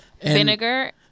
vinegar